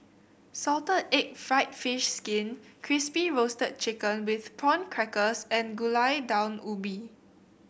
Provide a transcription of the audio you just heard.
Salted Egg fried fish skin Crispy Roasted Chicken with Prawn Crackers and Gulai Daun Ubi